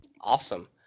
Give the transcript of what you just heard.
awesome